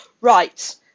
Right